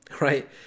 right